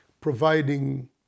providing